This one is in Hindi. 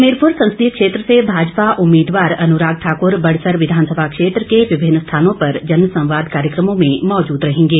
हमीरपुर संसदीय क्षेत्र से भाजपा उम्मीदवार अनुराग ठाकुर बड़सर विधानसभा क्षेत्र के विभिन्न स्थानों पर जनसंवाद कार्यक्रमों में मौजूद रहेंगे